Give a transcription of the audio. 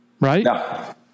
Right